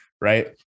Right